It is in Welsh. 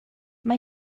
mae